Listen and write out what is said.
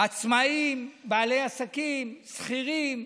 עצמאים, בעלי עסקים, שכירים.